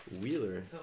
Wheeler